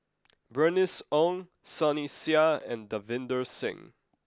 Bernice Ong Sunny Sia and Davinder Singh